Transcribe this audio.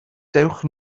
dewch